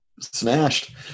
Smashed